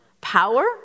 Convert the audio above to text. Power